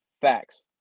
facts